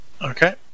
Okay